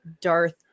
Darth